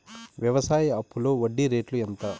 వ్యవసాయ అప్పులో వడ్డీ రేట్లు ఎంత?